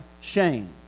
shame